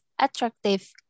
attractive